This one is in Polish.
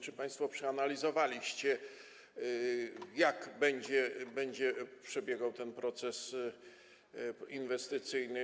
Czy państwo przeanalizowaliście, jak będzie przebiegał ten proces inwestycyjny?